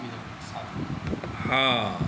हँ